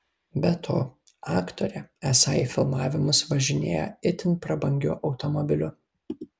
be to aktorė esą į filmavimus važinėja itin prabangiu automobiliu